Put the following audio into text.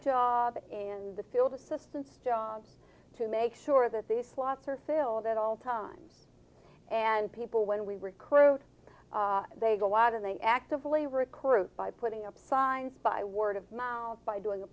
job in the field assistance job to make sure that the slots are filled at all times and people when we recruit they go out and they actively recruit by putting up signs by word of mouth by doing a